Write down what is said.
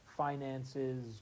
finances